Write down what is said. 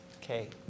okay